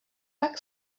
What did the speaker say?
pak